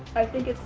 i think it's.